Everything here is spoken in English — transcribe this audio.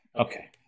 okay